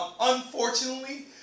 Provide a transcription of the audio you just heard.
Unfortunately